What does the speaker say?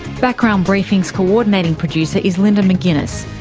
background briefing's coordinating producer is linda mcginness,